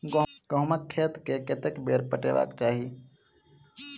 गहुंमक खेत केँ कतेक बेर पटेबाक चाहि?